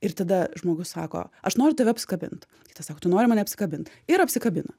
ir tada žmogus sako aš noriu tave apsikabint kitas sako tu nori mane apsikabint ir apsikabina